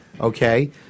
okay